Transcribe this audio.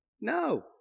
No